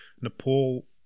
Nepal